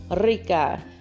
Rica